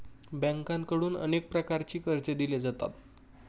बँकांकडून अनेक प्रकारची कर्जे दिली जातात